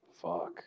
Fuck